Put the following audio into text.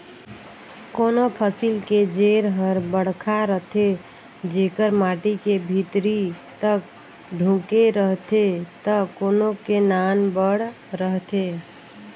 कोनों फसिल के जेर हर बड़खा रथे जेकर माटी के भीतरी तक ढूँके रहथे त कोनो के नानबड़ रहथे